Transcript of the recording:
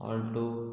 alto